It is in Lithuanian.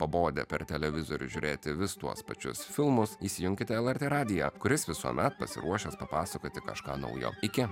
pabodę per televizorių žiūrėti vis tuos pačius filmus įsijunkite lrt radiją kuris visuomet pasiruošęs papasakoti kažką naujo iki